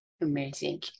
Amazing